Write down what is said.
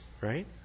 right